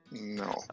No